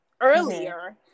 earlier